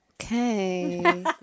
Okay